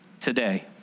today